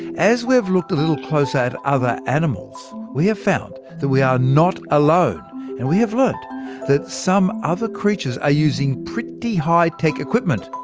as we've looked a little closer at other animals, we've found that we are not alone and we've learned that some creatures are using pretty high-tech equipment.